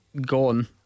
gone